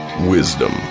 Wisdom